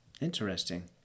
Interesting